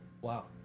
Wow